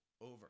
over